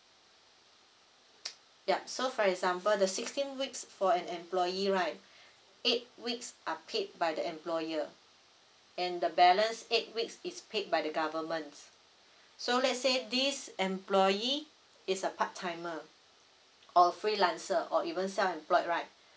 yup so for example the sixteen weeks for an employee right eight weeks are paid by the employer and the balance eight weeks is paid by the governments so let's say this employee is a part timer or freelancer or even self employed right